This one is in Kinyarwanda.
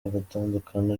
bagatandukana